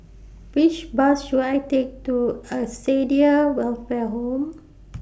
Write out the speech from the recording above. Which Bus should I Take to Acacia Welfare Home